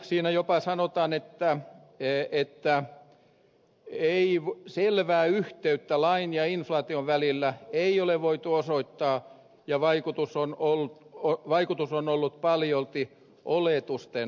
siinä jopa sanotaan että selvää yhteyttä lain ja inflaation välillä ei ole voitu osoittaa ja vaikutus on ollut paljolti oletusten varassa